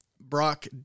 Brock